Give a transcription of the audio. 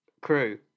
crew